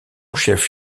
chef